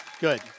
Good